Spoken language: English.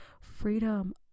freedom